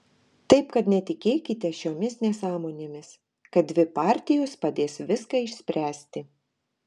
taip kad netikėkite šiomis nesąmonėmis kad dvi partijos padės viską išspręsti